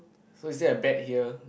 so is it a bet here